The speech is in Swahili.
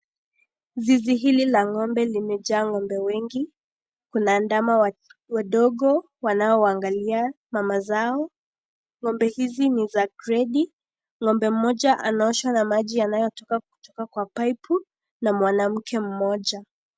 Zizi hili la ngombe limejaa ngombe wengi. Kuna ndama wadogo wanao wangalia mamazao. Ngombe hizi ni za kredi. Ngombe moja anaoshwa na maji yanayo toka kutoka kwa pipu na mwanamke mmoja.